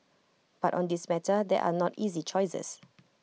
but on this matter there are not easy choices